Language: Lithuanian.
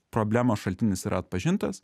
problemos šaltinis yra atpažintas